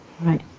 Right